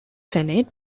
senate